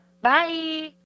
Bye